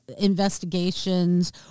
investigations